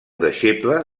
deixeble